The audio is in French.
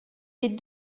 les